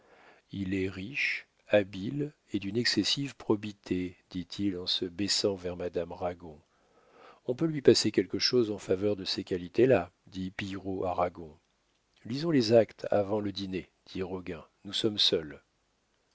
il est riche habile et d'une excessive probité dit-il en se baissant vers madame ragon on peut lui passer quelque chose en faveur de ces qualités là dit pillerault à ragon lisons les actes avant le dîner dit roguin nous sommes seuls